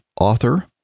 author